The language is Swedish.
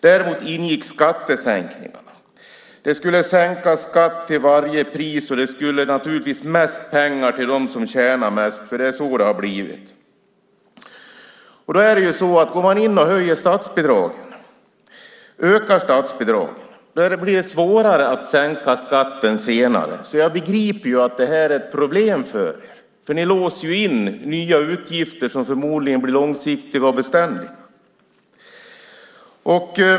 Däremot ingick skattesänkningarna. Det skulle sänkas skatt till varje pris. Det skulle naturligtvis vara mest pengar till dem som tjänar mest. Så har det blivit. Om man ökar statsbidragen blir det svårare att sänka skatten senare. Jag begriper att det här är ett problem för er. Ni låser in nya utgifter som förmodligen blir långsiktiga och beständiga.